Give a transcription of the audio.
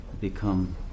become